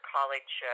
College